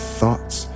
thoughts